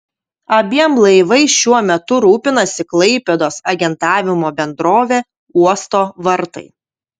abiem laivais šiuo metu rūpinasi klaipėdos agentavimo bendrovė uosto vartai